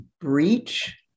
breach